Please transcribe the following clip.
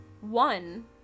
one